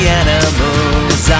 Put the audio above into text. animals